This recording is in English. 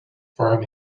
farm